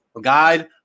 Guide